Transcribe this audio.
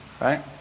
right